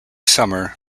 summer